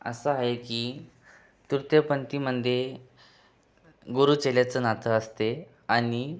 असं आहे की तृतीयपंथीमध्ये गुरु चेल्याचं नातं असते आणि